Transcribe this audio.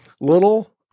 Little